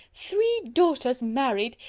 three daughters married!